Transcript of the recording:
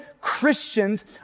Christians